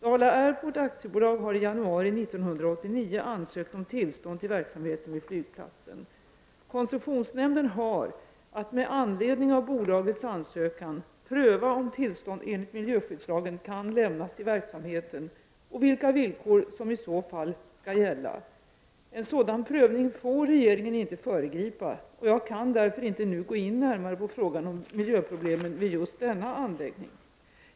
Dala Airport AB har i januari 1989 ansökt om tillstånd till verksamheten vid flygplatsen. Koncessionsnämnden har att, med anledning av bolagets ansökan, pröva om tillstånd enligt miljöskyddslagen kan lämnas till verksamheten och vilka villkor som i så fall skall gälla. En sådan prövning får regeringen inte föregripa, och jag kan därför inte nu gå in närmare på frågan om miljöproblemen vid just denna anläggning.